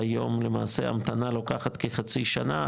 שהיום למעשה המתנה לוקחת כחצי שנה.